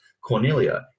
cornelia